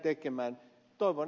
toivon ed